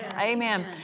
Amen